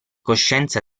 coscienza